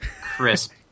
Crisp